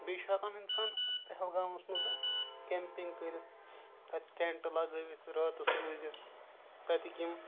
بیٚیہِ چھُ ہیٚکان اِنسان پہلگامَس منٛز کیٚمپِنٛگ کٔرِتھ تَتہِ ٹیٚنٛٹ لَگٲوِتھ راتَس روٗزِتھ تَتِکۍ یِم